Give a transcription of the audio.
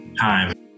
time